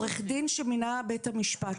עורך דין שמינה בית המשפט,